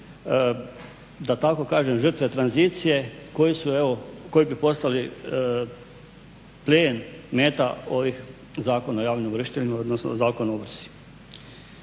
da tako kažem žrtve tranzicije koje bi postale plijen, meta ovih Zakona o javnim ovršiteljima, odnosno Zakona o ovrsi.